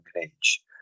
age